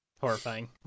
Horrifying